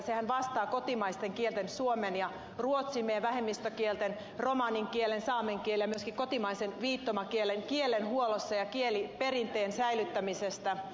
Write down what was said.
sehän vastaa kotimaisten kielten suomen ja ruotsin sekä meidän vähemmistökieltemme romanikielen saamen kielen ja myöskin kotimaisen viittomakielen kielenhuollosta ja kieliperinteen säilyttämisestä